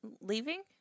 leaving